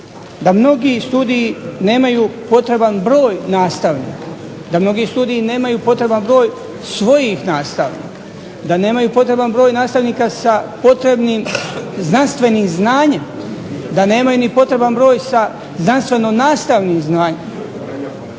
da mnogi studiji nemaju potreban broj nastavnika, da mnogi studiji nemaju potreban broj svojih nastavnika, da nemaju potreban broj nastavnika sa potrebnim znanstvenim znanjem, da nemaju ni potreban broj sa znanstveno-nastavnim znanjem,